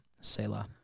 Selah